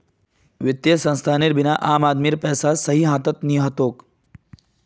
वित्तीय संस्थानेर बिना आम आदमीर पैसा सही हाथत नइ ह तोक